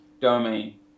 domain